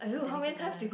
botanical gardens